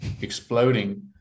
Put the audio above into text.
exploding